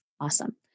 Awesome